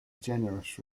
generous